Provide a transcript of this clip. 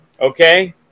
Okay